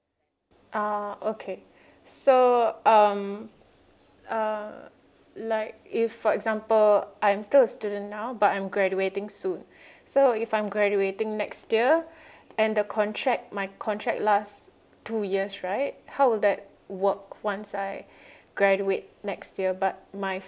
ah okay so um uh like if for example I'm still a student now but I'm graduating soon so if I'm graduating next year and the contract my contract last two years right how will that work once I graduate next year but my